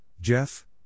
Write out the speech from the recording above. Jeff